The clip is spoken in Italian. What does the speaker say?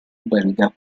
belga